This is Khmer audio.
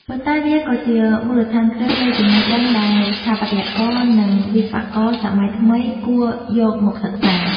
ប៉ុន្តែវាក៏ជាមូលដ្ឋានគ្រឹះនៃចំណេះដឹងដែលស្ថាបត្យករ និងវិស្វករសម័យថ្មីគួរយកមកសិក្សា។